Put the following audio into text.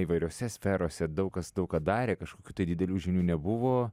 įvairiose sferose daug kas daug ką darė kažkokių tai didelių žinių nebuvo